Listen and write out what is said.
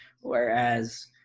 whereas